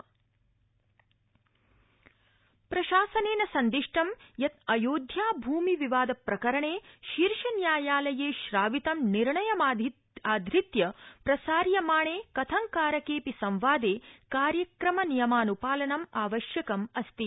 सुचनाप्रसारण मन्त्रालय प्रशासनेन सन्दिष्ट यत् अयोध्या भूमि विवाद प्रकरणे शीर्षन्यायालये श्रावित निर्णयमाधृत्य प्रसार्यमाणे कंथकारकेऽपि संवादे कार्यक्रम नियमानपालनम आवश्यकमस्ति